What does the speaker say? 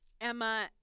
emma